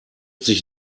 sich